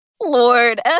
Lord